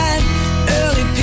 early